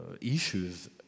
issues